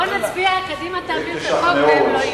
בואו נצביע, קדימה תעביר את החוק והם לא יהיו.